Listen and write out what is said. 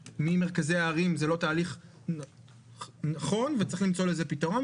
ממרכזי הערים זה לא תהליך נכון וצריך למצוא לזה פתרון.